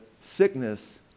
sickness